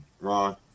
Ron